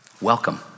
welcome